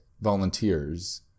volunteers